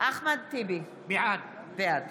אחמד טיבי, בעד